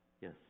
Yes